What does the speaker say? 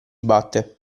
batte